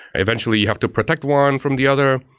eventually you have to protect one from the other.